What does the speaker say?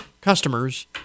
customers